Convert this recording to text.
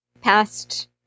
past